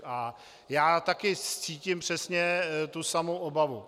A já taky cítím přesně tu samou obavu.